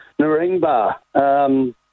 Naringba